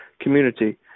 community